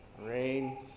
Rain